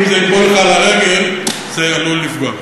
כי אם זה ייפול לך על הרגל זה עלול לפגוע.